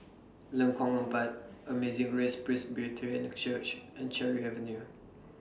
Lengkong Empat Amazing Grace Presbyterian Church and Cherry Avenue